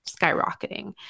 skyrocketing